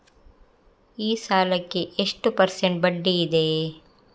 ಈ ಸಾಲಕ್ಕೆ ಎಷ್ಟು ಪರ್ಸೆಂಟ್ ಬಡ್ಡಿ ಇದೆ?